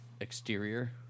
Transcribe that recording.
exterior